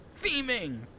Theming